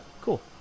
Cool